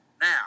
Now